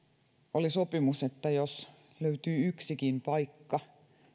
oli sopimus että jos löytyy yksikin paikka